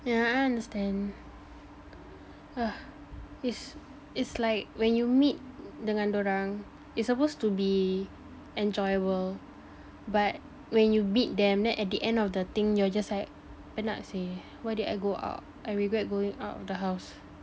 yeah I understand it's it's like when you meet dengan dia orang it's supposed to be enjoyable but when you meet them then at the end of the thing you're just like penat seh why did I go out I regret going out of the house